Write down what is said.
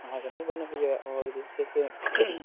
अहाँके नहि बनल यऽ आओर जे छै से